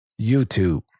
YouTube